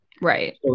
Right